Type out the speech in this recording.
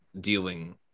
dealing